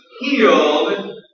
healed